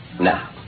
now